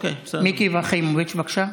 מיקי חיימוביץ', בבקשה.